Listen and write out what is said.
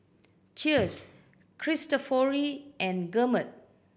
Cheers Cristofori and Gourmet